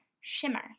Shimmer